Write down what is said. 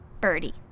Birdie